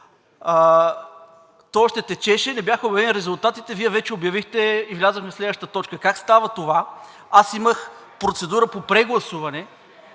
то още течеше и не бяха обявени резултатите, а Вие вече обявихте и влязохме в следващата точка. Как става това?! Аз имах процедура по прегласуване,